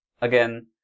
again